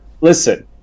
Listen